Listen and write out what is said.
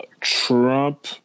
Trump